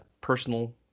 personal